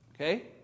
Okay